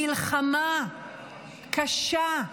מלחמה קשה,